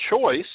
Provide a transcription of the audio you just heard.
choice